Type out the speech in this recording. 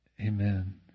Amen